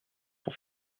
pour